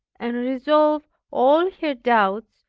and resolve all her doubts,